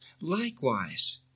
Likewise